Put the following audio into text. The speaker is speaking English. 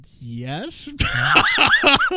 yes